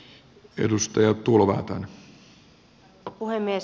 arvoisa puhemies